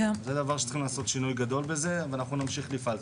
זה דבר שצריך לעשות בו שינוי גדול, ונמשיך ונפעל.